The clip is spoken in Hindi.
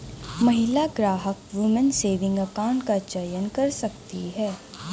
महिला ग्राहक वुमन सेविंग अकाउंट का चयन कर सकती है